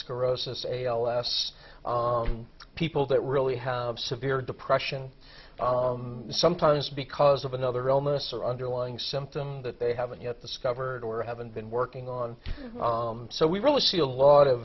sclerosis a last people that really have severe depression sometimes because of another illness or underlying symptom that they haven't yet discovered or haven't been working on so we really see a lot of